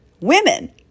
women